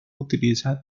utiliza